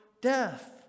death